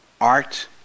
art